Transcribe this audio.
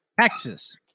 Texas